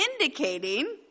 indicating